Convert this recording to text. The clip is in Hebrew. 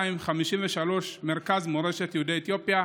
19-42-02-53, מרכז מורשת יהודי אתיופיה.